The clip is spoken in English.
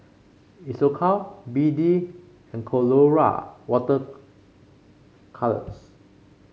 Isocal B D and Colora Water Colours